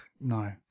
No